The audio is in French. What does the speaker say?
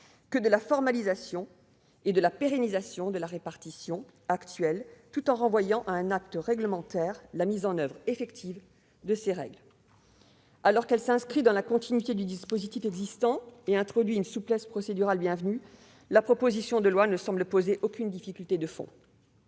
que de la formalisation et de la pérennisation de la répartition actuelle, tout en renvoyant à un acte réglementaire la mise en oeuvre effective de ces règles. La proposition de loi, qui s'inscrit dans la continuité du dispositif existant et introduit une souplesse procédurale bienvenue, ne semble poser aucune difficulté de fond.